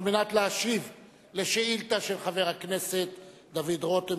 מנת להשיב על שאילתא של חבר הכנסת דוד רותם,